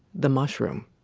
the mushroom.